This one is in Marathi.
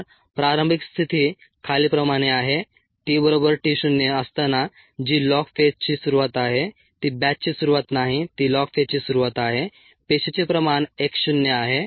तर प्रारंभिक स्थिती खालीलप्रमाणे आहे t बरोबर t 0 असताना जी लॉग फेजची सुरूवात आहे ती बॅचची सुरूवात नाही ती लॉग फेजची सुरूवात आहे पेशीचे प्रमाण x शून्य आहे